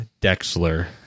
Dexler